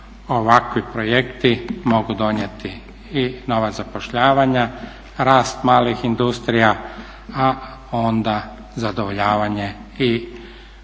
ovakvi projekti mogu donijeti i nova zapošljavanja, rast malih industrija, a onda zadovoljavanje i propisa